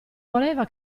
voleva